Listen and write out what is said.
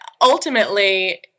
ultimately